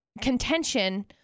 contention